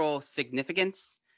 significance